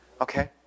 Okay